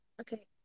Okay